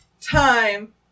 time